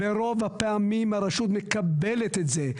ברוב הפעמים הרשות מקבלת את זה.